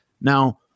Now